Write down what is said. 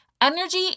Energy